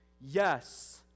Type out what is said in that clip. Yes